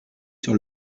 sur